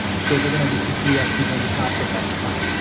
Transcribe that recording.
so, if they're going to be physically active only half of that time.